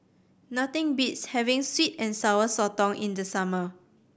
nothing beats having sweet and Sour Sotong in the summer